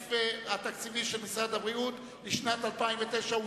סעיף 24, משרד הבריאות, לשנת 2009, נתקבל.